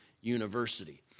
University